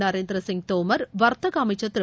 நரேந்திர சிங் தோமர் வர்த்தக அமைச்சர் திரு